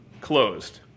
closed